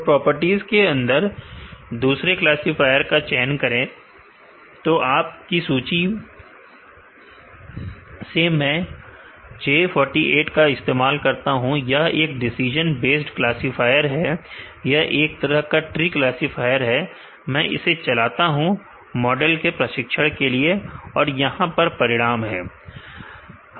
तो प्रॉपर्टीज के अंदर दूसरे क्लासीफायर का चयन करें तो आप की सूची से मैं J 48 का इस्तेमाल करता हूं यह एक डिसीजन बेस्ड क्लासीफायर है यह एक तरह का ट्री क्लासीफायर है मैं इसे चलाता हूं मॉडल के प्रशिक्षण के लिए और यहां पर परिणाम है